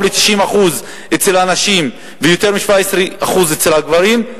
ל-90% אצל הנשים ויותר מ-17% אצל הגברים,